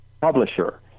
publisher